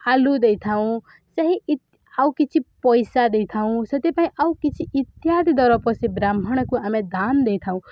ଆଲୁ ଦେଇଥାଉଁ ସେହି ଆଉ କିଛି ପଇସା ଦେଇଥାଉଁ ସେଥିପାଇଁ ଆଉ କିଛି ଇତ୍ୟାଦି ଦର ପସି ବ୍ରାହ୍ମଣକୁ ଆମେ ଦାନ ଦେଇଥାଉଁ